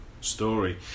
Story